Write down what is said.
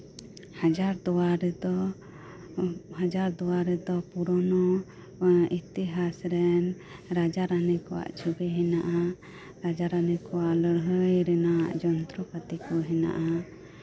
ᱦᱟᱡᱟᱨ ᱫᱩᱣᱟᱨᱤ ᱦᱟᱡᱟᱨ ᱫᱩᱣᱟᱨᱤ ᱫᱚ ᱯᱩᱨᱚᱱᱳ ᱤᱛᱤᱦᱟᱥᱨᱮᱱ ᱨᱟᱡᱟ ᱨᱟᱱᱤ ᱠᱚᱣᱟᱜ ᱪᱷᱚᱵᱤ ᱢᱮᱱᱟᱜᱼᱟ ᱨᱟᱡᱟ ᱨᱟᱱᱤ ᱠᱚᱣᱟᱜ ᱞᱟᱹᱲᱦᱟᱹᱭ ᱨᱮᱱᱟᱜ ᱡᱚᱱᱛᱨᱚᱯᱟᱹᱛᱤ ᱠᱚ ᱢᱮᱱᱟᱜᱼᱟ